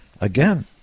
again